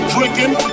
Drinking